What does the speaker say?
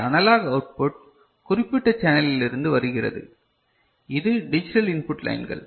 இந்த analogue output குறிப்பிட்ட சேனலில் இருந்து வருகிறது இது டிஜிட்டல் இன்புட் லைன்கள்